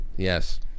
Yes